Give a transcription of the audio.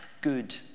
good